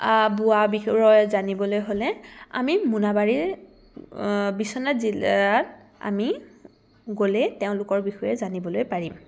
বোৱা বিষয়ে জানিবলৈ হ'লে আমি মোনাবাৰীৰ বিশ্বনাথ জিলাত আমি গ'লে তেওঁলোকৰ বিষয়ে জানিবলৈ পাৰিম